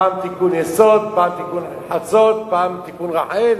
פעם תיקון יסוד, פעם תיקון חצות, פעם תיקון רחל,